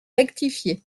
rectifié